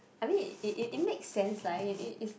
I mean it it it makes sense lah it it is